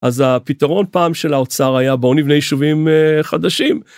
אז הפתרון פעם של האוצר היה, בואו נבנה יישובים חדשים.